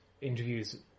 interviews